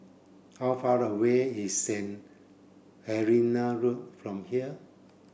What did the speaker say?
how far away is Saint Helena Road from here